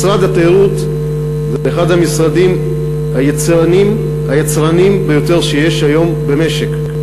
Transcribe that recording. משרד התיירות הוא אחד המשרדים היצרניים ביותר שיש היום במשק.